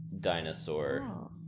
dinosaur